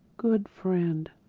good friend,